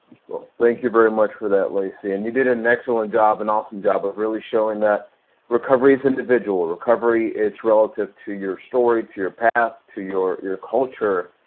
thank you very much for that lacey and you did an excellent job, an and awesome job, of really showing that recovery is individual, recovery is relative to your story, to your path, to your your culture,